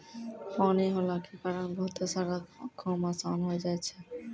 पानी होला के कारण बहुते सारा काम आसान होय जाय छै